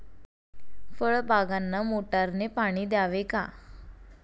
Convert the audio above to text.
फळबागांना मोटारने पाणी द्यावे का?